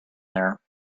there